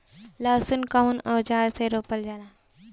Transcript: लहसुन कउन औजार से रोपल जाला?